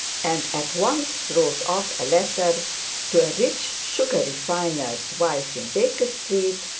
and at once wrote off a letter to a rich sugar refiner's wife in baker street,